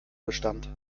bestand